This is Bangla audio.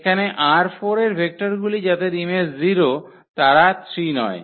এখানে ℝ4 এর ভেক্টরগুলি যাদের ইমেজ 0 তারা 3 নয়